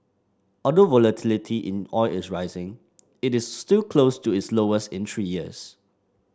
although volatility in oil is rising it is still close to its lowest in three years